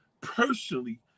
personally